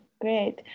Great